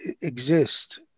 exist